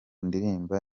ndirimba